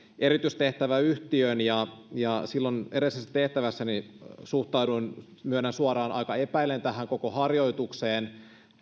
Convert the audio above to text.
erityistehtäväyhtiöön silloin edellisessä tehtävässäni suhtauduin myönnän suoraan aika epäillen tähän koko harjoitukseen